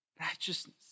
Righteousness